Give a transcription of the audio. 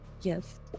Yes